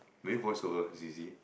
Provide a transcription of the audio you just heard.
maybe voice over is easy